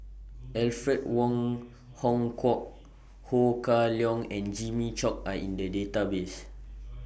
Alfred Wong Hong Kwok Ho Kah Leong and Jimmy Chok Are in The Database